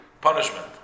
punishment